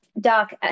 Doc